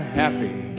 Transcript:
happy